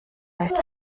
leicht